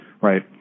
right